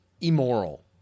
immoral